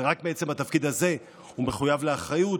ורק מעצם התפקיד הזה הוא מחויב לאחריות,